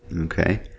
Okay